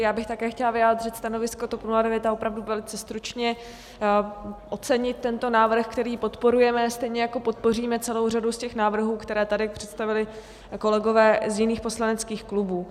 Já bych také chtěla vyjádřit stanovisko TOP 09 a opravdu velice stručně ocenit tento návrh, který podporujeme, stejně jako podpoříme celou řadu z těch návrhů, které tady představili kolegové z jiných poslaneckých klubů.